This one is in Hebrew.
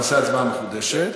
נעשה הצבעה מחודשת.